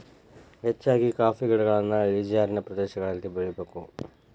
ಹೆಚ್ಚಾಗಿ ಕಾಫಿ ಗಿಡಗಳನ್ನಾ ಇಳಿಜಾರಿನ ಪ್ರದೇಶದಲ್ಲಿ ಬೆಳೆಯಬೇಕು